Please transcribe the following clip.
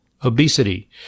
obesity